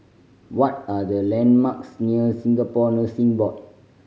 what are the landmarks near Singapore Nursing Board